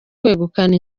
kwegukana